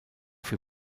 für